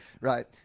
Right